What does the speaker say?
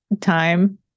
time